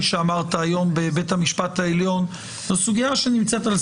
כמה החלטות של הענקת אשרת כניסה ושהייה בישראל קיבל משרד הפנים